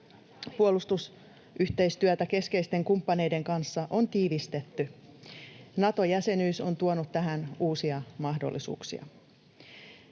puolustusyhteistyötä keskeisten kumppaneiden kanssa on tiivistetty. Nato-jäsenyys on tuonut tähän uusia mahdollisuuksia.